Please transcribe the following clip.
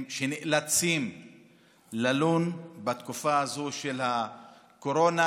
שנאלצים ללון בתקופה הזאת של הקורונה